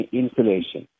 insulation